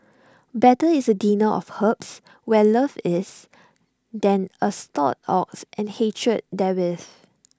better is A dinner of herbs where love is than A stalled ox and hatred therewith